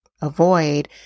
avoid